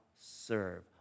serve